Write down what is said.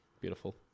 beautiful